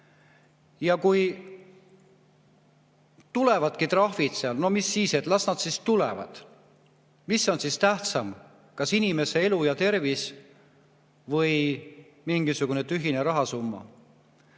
Ja kui tulevadki trahvid – no mis siis, las nad tulevad. Mis on siis tähtsam, kas inimese elu ja tervis või mingisugune tühine rahasumma?